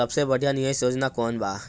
सबसे बढ़िया निवेश योजना कौन बा?